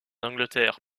angleterre